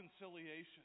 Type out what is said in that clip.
reconciliation